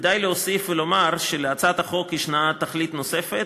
כדאי להוסיף ולומר שלהצעת החוק ישנה תכלית נוספת,